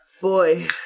boy